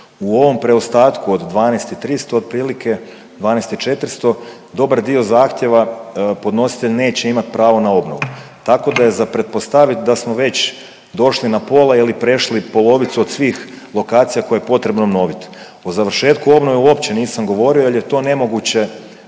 U ovom preostatku od 12 i 300 otprilike, 12 i 400 dobar dio zahtjeva podnositelj neće imati pravo na obnovu. Tako da je za pretpostaviti da smo već došli na pola ili prešli polovicu od svih lokacija koje je potrebno obnoviti. O završetku obnove uopće nisam govorio, jer je to nemoguće